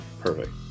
Perfect